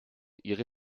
ihre